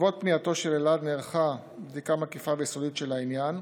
בעקבות פנייתו של אלעד נערכה בדיקה מקיפה ויסודית של העניין.